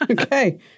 okay